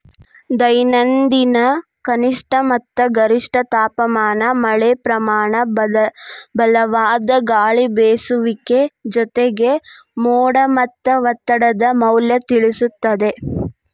ದೈನಂದಿನ ಕನಿಷ್ಠ ಮತ್ತ ಗರಿಷ್ಠ ತಾಪಮಾನ ಮಳೆಪ್ರಮಾನ ಬಲವಾದ ಗಾಳಿಬೇಸುವಿಕೆ ಜೊತೆಗೆ ಮೋಡ ಮತ್ತ ಒತ್ತಡದ ಮೌಲ್ಯ ತಿಳಿಸುತ್ತದೆ